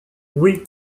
oui